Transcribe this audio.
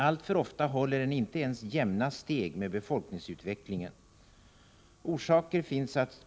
Alltför ofta håller den inte ens jämna steg med befolkningsutvecklingen.